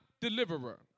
deliverer